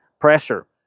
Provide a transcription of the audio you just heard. pressure